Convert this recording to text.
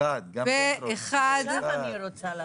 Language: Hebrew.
הצבעה אושרה.